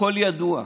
הכול ידוע.